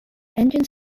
engines